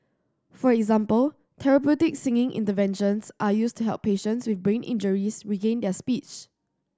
for example therapeutic singing interventions are used to help patients with brain injuries regain their speech